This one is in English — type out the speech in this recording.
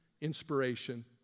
inspiration